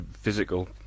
physical